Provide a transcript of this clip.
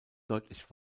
deutlich